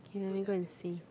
let me go and see